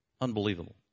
Unbelievable